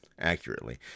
accurately